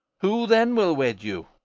who then will wed you?